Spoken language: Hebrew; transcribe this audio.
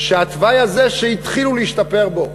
שהתוואי הזה שהתחילו להשתפר בו,